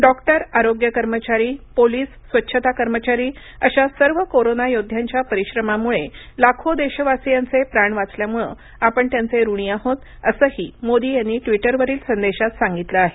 doctor आरोग्य कर्मचारी पोलिसस्वच्छता कर्मचारी अशा सर्व कोरोना योध्याच्या परिश्रमामुळे लाखो देशवासियांचे प्राण वाचल्यामूळ आपण त्यांचे ऋणी आहोत असंही मोदी यांनी ट्विटरवरील संदेशात सांगितलं आहे